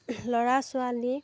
ল'ৰা ছোৱালী